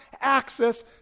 access